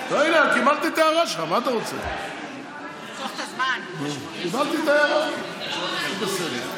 המיוחדת לעניין הצעת חוק התפזרות הכנסת העשרים-ושתיים,